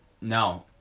No